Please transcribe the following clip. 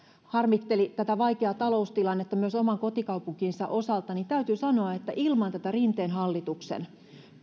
harmitteli vaikeaa taloustilannetta myös oman kotikaupunkinsa osalta niin täytyy sanoa että ilman tätä rinteen hallituksen